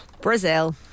Brazil